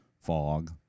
Fog